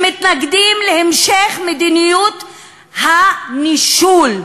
שמתנגדים להמשך מדיניות הנישול,